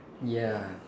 ya